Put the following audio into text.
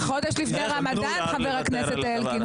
וחודש לפני רמדאן, חבר הכנסת אלקין.